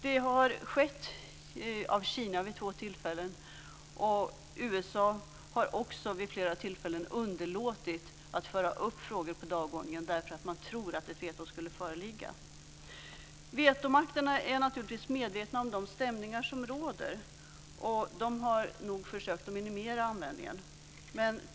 Vid två tillfällen har det varit fråga om Kina, och USA har också vid flera tillfällen underlåtit att föra upp frågor på dagordningen därför att man har trott att ett veto skulle föreligga. Vetomakterna är naturligtvis medvetna om de stämningar som råder. De har nog försökt att minimera användningen av vetot.